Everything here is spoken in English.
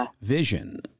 vision